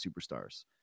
superstars